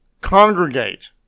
congregate